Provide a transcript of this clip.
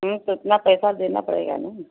तो इतना पैसा देना पड़ेगा ना